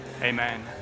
amen